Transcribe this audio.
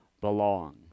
belong